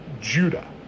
Judah